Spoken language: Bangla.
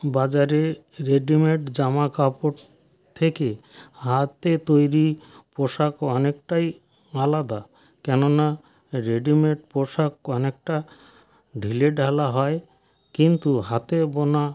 বাজারে রেডিমেড জামা কাপড় থেকে হাতে তৈরি পোশাক অনেকটাই আলাদা কেননা রেডিমেড পোশাক অনেকটা ঢিলেঢালা হয় কিন্তু হাতে বোনা